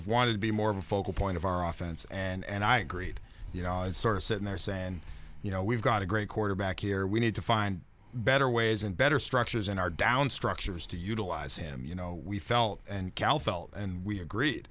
of want to be more of a focal point of our offense and i agreed you know sort of sitting there saying you know we've got a great quarterback here we need to find better ways and better structures in our down structures to utilize him you know we felt and cal felt and we agreed